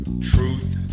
truth